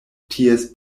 ties